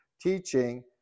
teaching